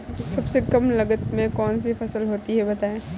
सबसे कम लागत में कौन सी फसल होती है बताएँ?